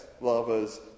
lovers